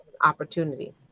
Opportunity